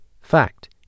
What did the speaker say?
fact